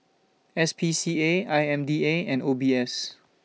S P C A I M D A and O B S